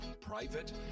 private